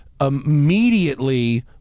immediately